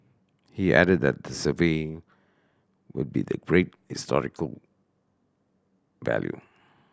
he added that the survey would be the great historical value